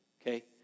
okay